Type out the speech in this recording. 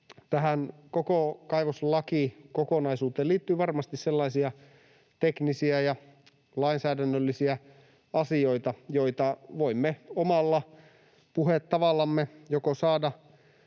tähän koko kaivoslakikokonaisuuteen liittyy varmasti sellaisia teknisiä ja lainsäädännöllisiä asioita, joiden suhteen voimme omalla puhetavallamme joko saada